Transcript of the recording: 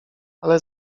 ale